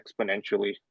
exponentially